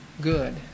good